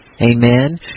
amen